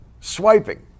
swiping